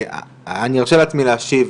אני ארשה לעצמי להשיב,